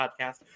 podcast